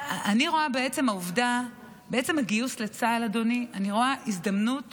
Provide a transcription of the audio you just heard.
בעצם הגיוס לצה"ל, אדוני, אני רואה הזדמנות